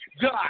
God